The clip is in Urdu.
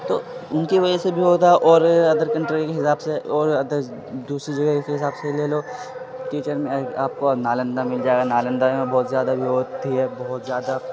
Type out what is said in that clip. تو ان کی وجہ سے بھی ہوتا ہے اور ادر کنٹری کے حساب سے اور ادر دوسری جگہ کے حساب سے لے لو ٹیچر میں آپ کو نالندہ مل جائے گا نالندہ میں بہت زیادہ بھیڑ ہوتی ہے بہت زیادہ